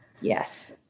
Yes